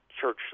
church